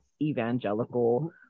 evangelical